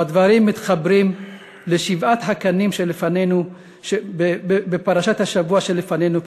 והדברים מתחברים לשבעת הקנים בפרשת השבוע שלפנינו,